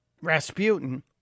rasputin